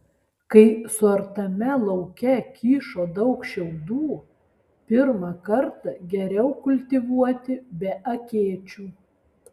kai suartame lauke kyšo daug šiaudų pirmą kartą geriau kultivuoti be akėčių